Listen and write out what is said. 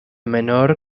menor